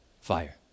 fire